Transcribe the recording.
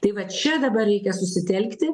tai vat čia dabar reikia susitelkti